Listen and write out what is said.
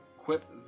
equipped